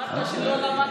אמרת שלא למדת.